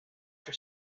your